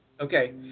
Okay